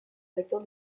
facteur